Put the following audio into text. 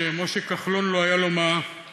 כשמשה כחלון לא היה לו מה לאכול,